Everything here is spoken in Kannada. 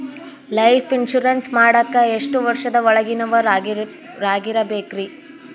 ಲೈಫ್ ಇನ್ಶೂರೆನ್ಸ್ ಮಾಡಾಕ ಎಷ್ಟು ವರ್ಷದ ಒಳಗಿನವರಾಗಿರಬೇಕ್ರಿ?